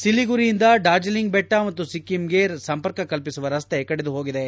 ಸಿಲಿಗುರಿಯಿಂದ ಡಾರ್ಜಿಲಿಂಗ್ ಬೆಟ್ಟ ಮತ್ತು ಸಿಕ್ಕಿಂಗೆ ಸಂಪರ್ಕ ಕಲ್ಪಿಸುವ ರಸ್ತೆ ಕಡಿದು ಹೋಗಿದೆ